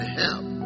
help